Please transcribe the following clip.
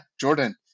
Jordan